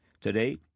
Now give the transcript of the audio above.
Today